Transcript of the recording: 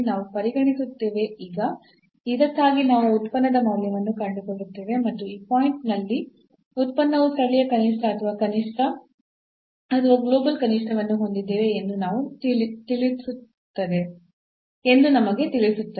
ನಾವು ಪರಿಗಣಿಸುತ್ತೇವೆ ಈಗ ಇದಕ್ಕಾಗಿ ನಾವು ಉತ್ಪನ್ನದ ಮೌಲ್ಯವನ್ನು ಕಂಡುಕೊಳ್ಳುತ್ತೇವೆ ಮತ್ತು ಈ ಪಾಯಿಂಟ್ ಅಲ್ಲಿ ಉತ್ಪನ್ನವು ಸ್ಥಳೀಯ ಕನಿಷ್ಠ ಅಥವಾ ಕನಿಷ್ಠ ಅಥವಾ ಗ್ಲೋಬಲ್ ಕನಿಷ್ಠವನ್ನು ಹೊಂದಿದೆಯೇ ಎಂದು ನಮಗೆ ತಿಳಿಸುತ್ತದೆ